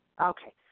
Okay